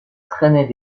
traînait